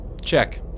Check